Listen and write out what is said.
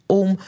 om